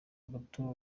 bato